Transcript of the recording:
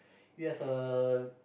we have a